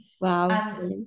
Wow